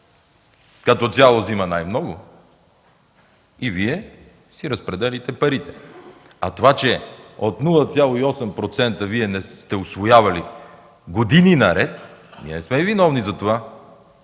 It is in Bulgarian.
като цяло взема най-много и Вие си разпределяйте парите. Това, че от 0,8% не сте усвоявали години наред, ние не сме виновни. Да